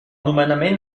nomenament